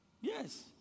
Yes